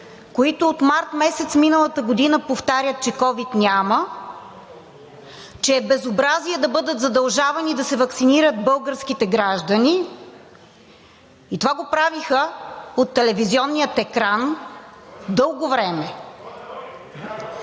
които от месец март миналата година повтарят, че ковид няма, че е безобразие да бъдат задължавани да се ваксинират българските граждани. И това го правиха от телевизионния екран дълго време.